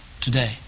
today